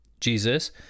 Jesus